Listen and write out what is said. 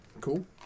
Cool